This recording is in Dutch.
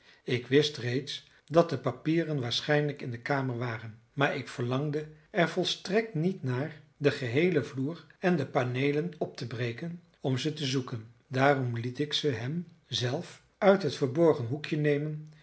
ik wist reeds dat de papieren waarschijnlijk in de kamer waren maar ik verlangde er volstrekt niet naar den geheelen vloer en de paneelen op te breken om ze te zoeken daarom liet ik ze hem zelf uit het verborgen hoekje nemen